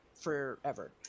forever